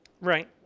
Right